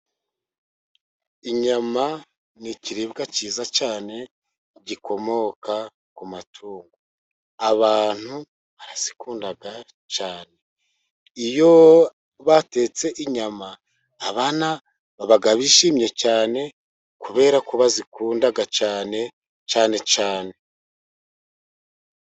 Inyama ni ikiribwa cyiza cyane gikomoka ku matungo. Abantu bazikunda cyane, iyo batetse inyama abana bishimye cyane, kubera ko bazikunda cyane cyane.